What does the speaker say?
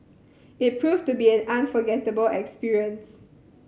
it proved to be an unforgettable experience